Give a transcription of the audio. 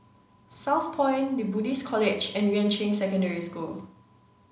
Southpoint The Buddhist College and Yuan Ching Secondary School